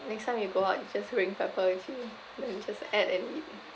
next time you go out you just bring pepper with you then you just add and eat